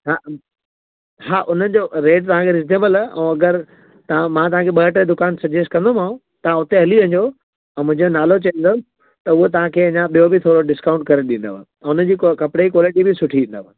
हा उन हा उनजो रेट तव्हांखे रिजनेबल आहे ऐं अगरि तव्हां मां तव्हांखे ॿ टे दुकान सजेस्ट कंदोमांव तव्हां हुते हली वञो ऐं मुंहिंजो नालो चइजोन त उहो तव्हांखे अञा ॿियो बि थोरो डिस्काउंट करे ॾींदव उनजी क्वा कपिड़े जी क्वालिटी बि सुठी ईंदव